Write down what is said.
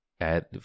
add